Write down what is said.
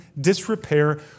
disrepair